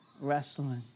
wrestling